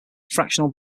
fractional